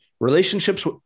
Relationships